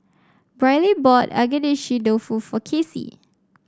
Briley bought Agedashi Dofu for Kasie